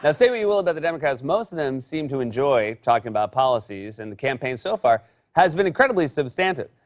say what you will about the democrats. most of them seemed to enjoy talking about policies, and the campaign so far has been incredibly substantive.